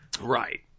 Right